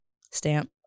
stamp